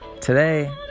today